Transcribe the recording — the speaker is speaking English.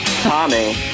Tommy